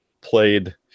played